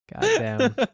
Goddamn